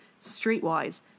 streetwise